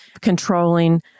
controlling